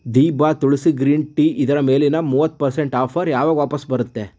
ದಿಭಾ tulsi green tea ಇದರ ಮೇಲಿನ ಮೂವತ್ತು ಪರ್ಸೆಂಟ್ ಆಫರ್ ಯಾವಾಗ ವಾಪಸ್ಸು ಬರುತ್ತೆ